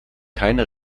keine